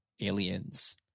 Aliens